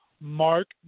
Mark